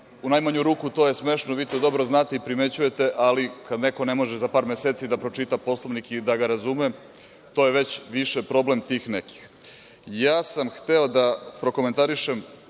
U najmanju ruku to je smešno, vi to dobro znate i primećujete, ali kada neko ne može za par meseci da pročita Poslovnik i da ga razume, to je već više problem tih nekih. Hteo sam da prokomentarišem